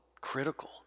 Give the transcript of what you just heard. critical